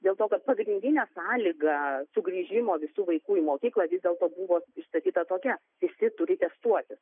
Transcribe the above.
dėl to kad pagrindinė sąlyga sugrįžimo visų vaikų į mokyklą vis dėlto buvo išsakyta tokia visi turi testuotis